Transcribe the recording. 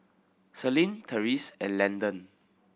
Selene Terese and Landon